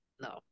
no